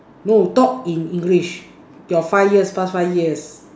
no talk in English your five year your past five years